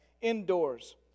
indoors